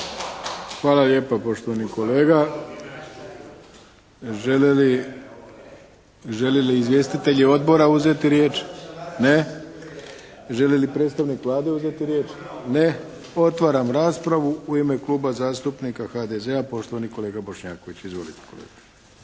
Hvala lijepo poštovani kolega. Žele li izvjestitelji odbora uzeti riječ? Ne. Želi li predstavnik Vlade uzeti riječ? Ne. Otvaram raspravu. U ime Kluba zastupnika HDZ-a, poštovani kolega Bošnjaković. Izvolite kolega.